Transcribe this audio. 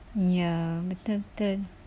ya betul betul